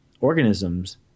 organisms